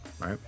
right